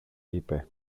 είπε